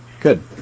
Good